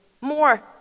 more